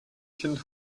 kind